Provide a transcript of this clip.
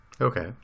Okay